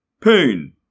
pain